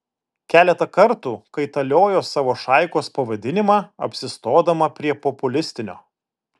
keletą kartų kaitaliojo savo šaikos pavadinimą apsistodama prie populistinio